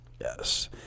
Yes